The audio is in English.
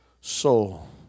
soul